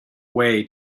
way